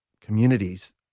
communities